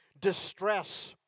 distress